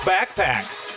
Backpacks